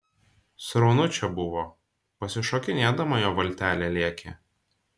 sraunu čia buvo pasišokinėdama jo valtelė lėkė